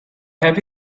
have